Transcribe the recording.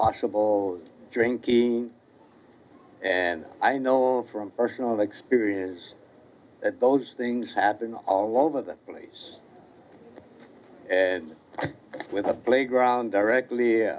possible drinkin and i know from personal experiences those things happen all over the place with a playground directly